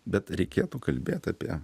bet reikėtų kalbėt apie